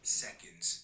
seconds